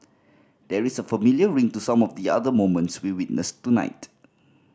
there is a familiar ring to some of the other moments we witnessed tonight